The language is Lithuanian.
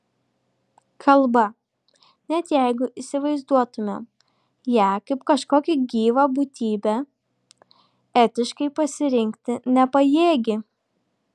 kalba net jeigu įsivaizduotumėm ją kaip kažkokią gyvą būtybę etiškai pasirinkti nepajėgi